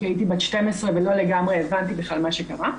"כי הייתי בת 12 ולא לגמרי הבנתי בכלל מה שקרה",